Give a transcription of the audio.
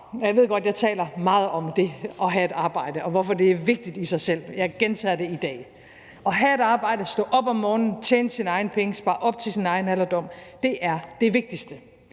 Jeg ved godt, at jeg taler meget om det at have et arbejde, og hvorfor det er vigtigt i sig selv, og jeg gentager det i dag. At have et arbejde, stå op om morgenen, tjene sine egne penge og spare op til sin egen alderdom er det vigtigste,